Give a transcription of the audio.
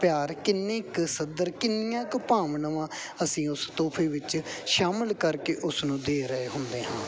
ਪਿਆਰ ਕਿੰਨੀ ਕੁ ਸਦਰ ਕਿੰਨੀਆਂ ਕੁ ਭਾਵਨਾਵਾਂ ਅਸੀਂ ਉਸ ਤੋਹਫ਼ੇ ਵਿੱਚ ਸ਼ਾਮਿਲ ਕਰਕੇ ਉਸ ਨੂੰ ਦੇ ਰਹੇ ਹੁੰਦੇ ਹਾਂ